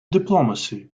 diplomacy